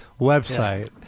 website